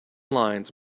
lines